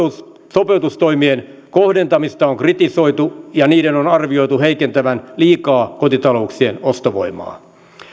sopeutustoimien kohdentamista on kritisoitu ja niiden on arvioitu heikentävän liikaa kotitalouksien ostovoimaa